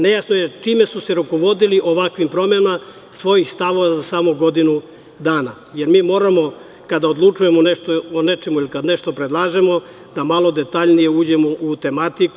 Nejasno je čime su se rukovodili ovakvim promenama svojih stavova za samo godinu dana, jer mi moramo, kada odlučujemo o nečemu ili kada nešto predlažemo, malo detaljnije da uđemo u tematiku.